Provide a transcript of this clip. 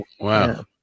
Wow